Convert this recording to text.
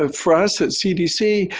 ah for us at cdc,